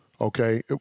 okay